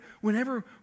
whenever